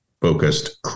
focused